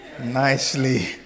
nicely